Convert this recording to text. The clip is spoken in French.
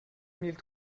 mille